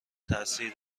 تاثیر